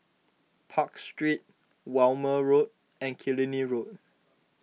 Park Street Walmer Road and Killiney Road